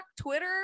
twitter